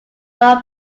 law